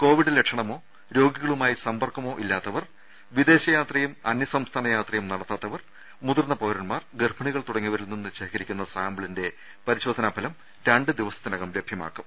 Covid ലക്ഷണമോ രോഗികളുമായി സമ്പർക്കമോ ഇല്ലാത്തവർ വിദേശ യാത്രയും അന്യ സംസ്ഥാന യാത്രയും നടത്താത്തവർ മുതിർന്ന പൌരൻമാർ ഗർഭിണികൾ തുടങ്ങിയവരിൽ നിന്ന് ശേഖരിക്കുന്ന സാമ്പിളിന്റെ പരിശോധനാ ഫലം രണ്ട് ദിവസത്തിനകം ലഭ്യമാകും